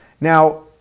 Now